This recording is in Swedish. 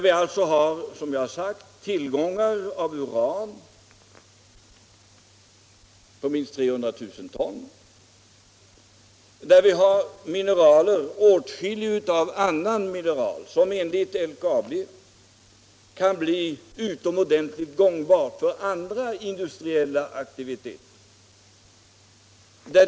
Vi har där, som jag har sagt, tillgångar av uran på minst 300 000 ton och åtskilligt av annat mineral som enligt LKAB kan bli utomordentligt gångbart för andra industriella aktiviteter.